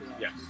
Yes